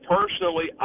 Personally